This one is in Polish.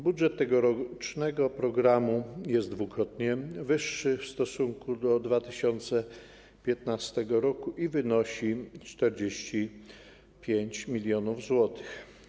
Budżet tegorocznego programu jest dwukrotnie wyższy w stosunku do 2015 r. i wynosi 45 mln zł.